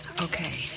Okay